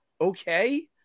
okay